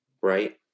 Right